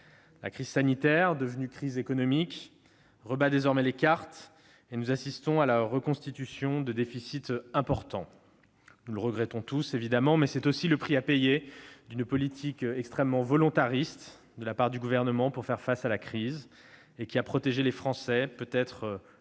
La crise sanitaire, devenue crise économique, rebat désormais les cartes. Nous assistons à la reconstitution de déficits importants. Nous le regrettons tous, évidemment, mais c'est aussi le prix à payer d'une politique extrêmement volontariste, de la part du Gouvernement, pour faire face à la crise : la protection dont ont bénéficié les Français a peut-être été la